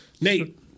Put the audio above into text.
Nate